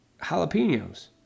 Jalapenos